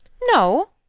no?